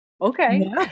Okay